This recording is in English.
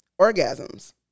orgasms